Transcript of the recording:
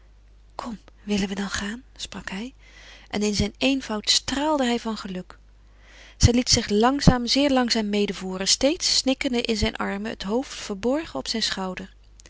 kom willen we dan gaan sprak hij en in zijn eenvoud straalde hij van geluk zij liet zich langzaam zeer langzaam medevoeren steeds snikkende in zijn armen het hoofd verborgen op zijn schouder